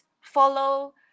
follow